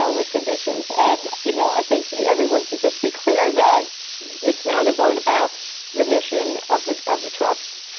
so with conditions. and you know i think everyone should just be clear that it's not a vote about the mission of the of the trust,